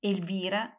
Elvira